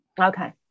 okay